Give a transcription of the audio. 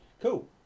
Cool